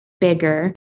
bigger